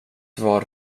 var